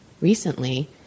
recently